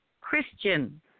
Christian